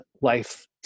life